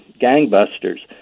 gangbusters